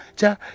ja